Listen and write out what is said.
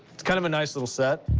it's kind of a nice little set.